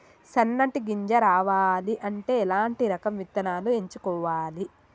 సన్నటి గింజ రావాలి అంటే ఎలాంటి రకం విత్తనాలు ఎంచుకోవాలి?